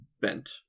bent